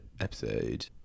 episode